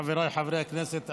חבריי חברי הכנסת,